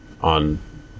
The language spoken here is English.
on